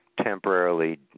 temporarily